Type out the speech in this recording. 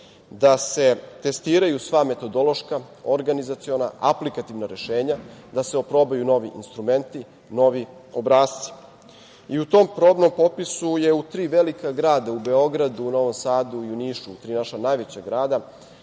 da se testiraju sva metodološka, organizaciona, aplikativna rešenja da se oprobaju novi instrumenti, novi obrasci. U tom probnom popisu je u tri velika grada u Beogradu, Novom Sadu i Nišu, u tri naša najveća grada,